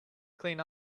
clean